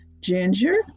Ginger